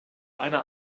einer